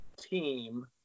team